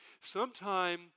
Sometime